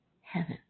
heaven